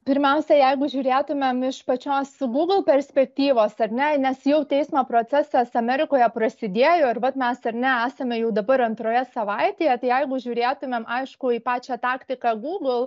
pirmiausia jeigu žiūrėtumėm iš pačios google perspektyvos ar ne nes jau teismo procesas amerikoje prasidėjo ir vat mes ar ne esame jau dabar antroje savaitėje tai jeigu žiūrėtumėm aišku į pačią taktiką google